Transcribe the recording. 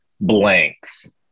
blanks